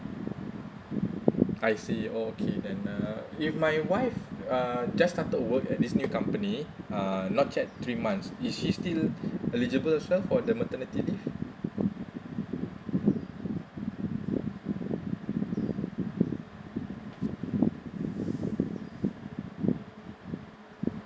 I see okay then uh if my wife uh just started work at this new company uh not yet three months is she still eligible as well for the maternity leave